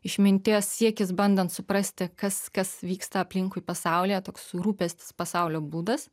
išminties siekis bandant suprasti kas kas vyksta aplinkui pasaulyje toks rūpestis pasaulio būdas